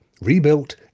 rebuilt